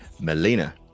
Melina